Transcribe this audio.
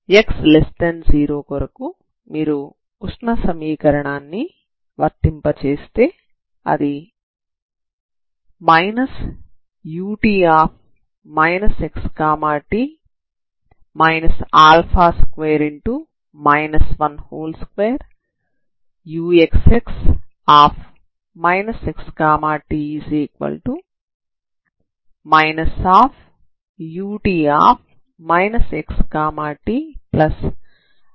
x0 కొరకు మీరు ఉష్ణ సమీకరణాన్ని వర్తింపచేస్తే అది ut xt 2 12uxx xt ut xt2uxx xt అవుతుంది